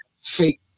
fake